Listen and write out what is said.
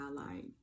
highlight